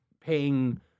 paying